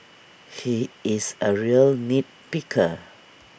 he is A real nit picker